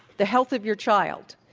the health of your child,